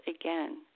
again